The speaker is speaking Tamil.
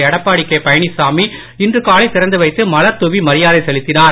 எடப்பாடி பழனிசாமி இன்று காலை திறந்து வைத்து மலர் தூவி மரியாதை செலுத்தினார்